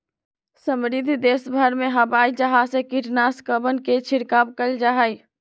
समृद्ध देशवन में हवाई जहाज से कीटनाशकवन के छिड़काव कइल जाहई